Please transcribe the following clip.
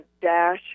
dash